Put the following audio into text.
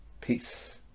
Peace